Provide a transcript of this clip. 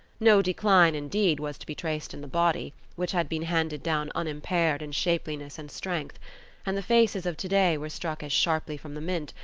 no decline, indeed, was to be traced in the body, which had been handed down unimpaired in shapeliness and strength and the faces of to-day were struck as sharply from the mint,